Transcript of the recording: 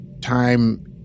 time